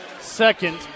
second